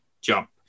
jump